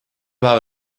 päev